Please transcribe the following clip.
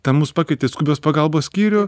ten mus pakvietė į skubios pagalbos skyrių